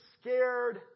scared